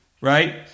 right